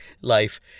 life